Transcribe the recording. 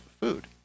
food